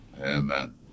Amen